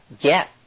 get